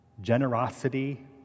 generosity